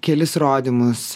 kelis rodymus